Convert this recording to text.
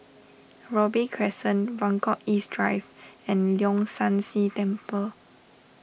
Robey Crescent Buangkok East Drive and Leong San See Temple